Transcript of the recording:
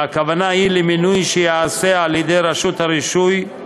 והכוונה היא למינוי שייעשה על-ידי רשות הרישוי,